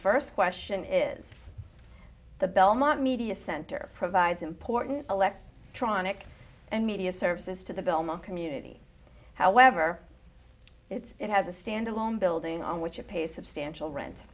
first question is the belmont media center provides important elect tronic and media services to the belmont community however it has a standalone building on which you pay substantial rent